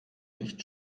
nicht